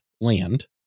land